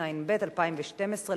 התשע"ב 2012,